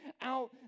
out